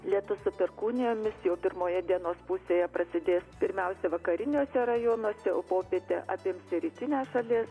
lietus su perkūnijomis jau pirmoje dienos pusėje prasidės pirmiausia vakariniuose rajonuose o popietę apims ir rytinę šalies